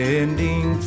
ending